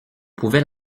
pouvait